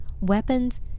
Weapons